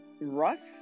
Russ